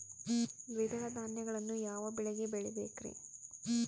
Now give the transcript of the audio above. ದ್ವಿದಳ ಧಾನ್ಯಗಳನ್ನು ಯಾವ ಮಳೆಗೆ ಬೆಳಿಬೇಕ್ರಿ?